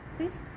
Please